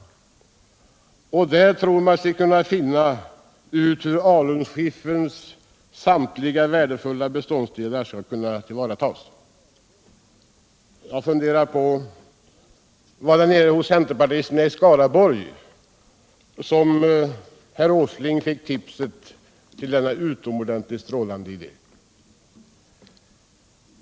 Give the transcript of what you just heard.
Därigenom tror man sig kunna finna ut hur alunskifferns samtliga värdefulla beståndsdelar skall kunna tillvaratas. Var det möjligen hos centerpartisterna nere i Skaraborg som herr Åsling fick tipset om denna utomordentligt strålande idé?